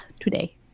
today